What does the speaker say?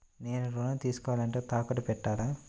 నేను ఋణం తీసుకోవాలంటే తాకట్టు పెట్టాలా?